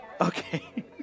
Okay